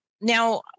now